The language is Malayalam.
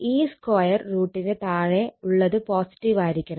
ഈ സ്ക്വയർ റൂട്ടിന് താഴെ ഉള്ളത് പോസിറ്റീവായിരിക്കണം